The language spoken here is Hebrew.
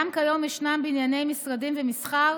גם כיום ישנם בנייני משרדים ומסחר